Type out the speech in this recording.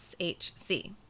SHC